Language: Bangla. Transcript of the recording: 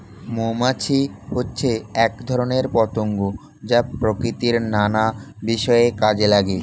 মৌমাছি হচ্ছে এক ধরনের পতঙ্গ যা প্রকৃতির নানা বিষয়ে কাজে লাগে